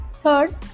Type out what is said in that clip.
third